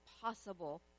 possible